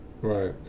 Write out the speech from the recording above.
right